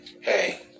Hey